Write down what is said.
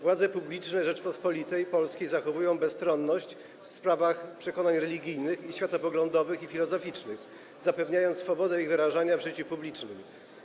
Władze publiczne w Rzeczypospolitej Polskiej zachowują bezstronność w sprawach przekonań religijnych, światopoglądowych i filozoficznych, zapewniając swobodę ich wyrażania w życiu publicznym.